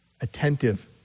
attentive